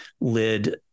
lid